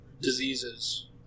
diseases